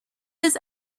his